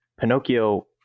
Pinocchio